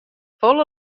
folle